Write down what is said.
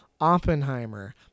Oppenheimer